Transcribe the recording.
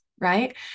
right